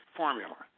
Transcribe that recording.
formula